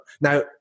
Now